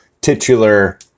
titular